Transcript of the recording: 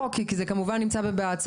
האם אפשר לומר את זה על כל צוואה